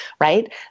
right